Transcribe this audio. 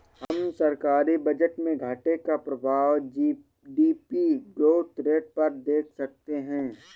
हम सरकारी बजट में घाटे का प्रभाव जी.डी.पी ग्रोथ रेट पर देख सकते हैं